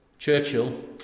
Churchill